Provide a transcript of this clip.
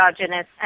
endogenous